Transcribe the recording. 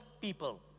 people